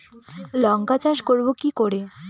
লঙ্কা চাষ করব কি করে?